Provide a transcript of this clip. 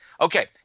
Okay